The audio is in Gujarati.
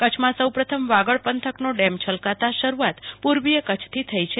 કચ્છમાં સૌપ્રથમ વાગડ પંથકનો ડેમ છલકાતા શરૂઆત પૂર્વીય કચ્છથી થઈ છે